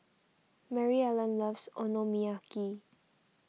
Maryellen loves Okonomiyaki